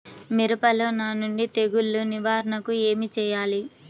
మిరపలో నానుడి తెగులు నివారణకు ఏమి చేయాలి?